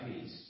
peace